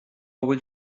bhfuil